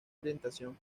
orientación